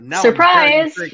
Surprise